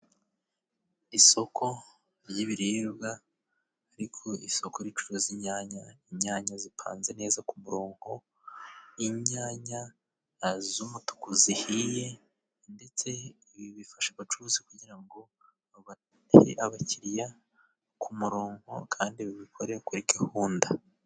Isoko ry'ibiribwa, ariko isoko ricuruza inyanya, inyanya zipanze neza ku murongo, inyanya z'umutuku zihiye, ndetse ibi bifasha abacuruzi kugira ngo bakire abakiriya ku murongo, kandi babikore kuri gahunda.